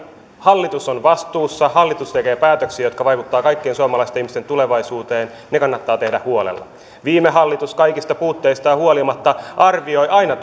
hallitus on vastuussa hallitus tekee päätöksiä jotka vaikuttavat kaikkien suomalaisten ihmisten tulevaisuuteen ne kannattaa tehdä huolella viime hallitus kaikista puutteistaan huolimatta arvioi aina